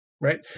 Right